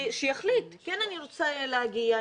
שיחליט אני כן רוצה להגיע,